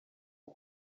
aho